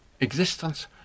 Existence